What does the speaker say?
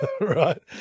right